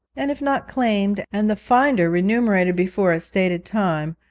and if not claimed and the finder remunerated before a stated time,